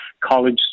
college